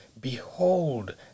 Behold